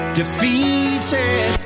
defeated